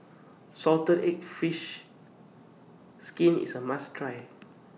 Salted Egg Fried Fish Skin IS A must Try